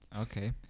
Okay